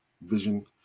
Vision